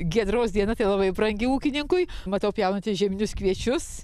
giedros diena tai labai brangi ūkininkui matau pjaunate žieminius kviečius